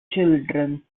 children